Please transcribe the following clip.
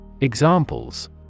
Examples